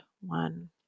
one